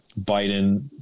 Biden